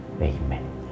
Amen